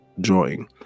drawing